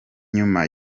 nyuma